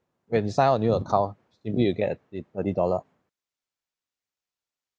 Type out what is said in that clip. when you sign up a new account maybe you get a uh thirty dollar